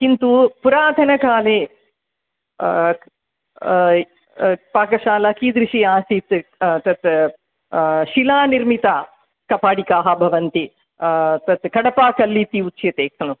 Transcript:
किन्तु पुरातनकाले पाकशाला कीदृशी आसीत् तत् शिला निर्मिता कपाडिकाः भवन्ति तत् कडपा कल् इति उच्यते खलु